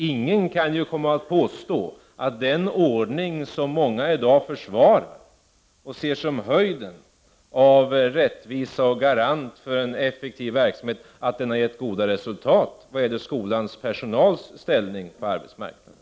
Ingen kan komma här och påstå att den ordning som många i dag försvarar och betraktar som höjden av rättvisa och som en garanti för en effektiv verksamhet har givit goda resultat vad gäller skolpersonalens ställning på arbetsmarknaden.